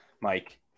Mike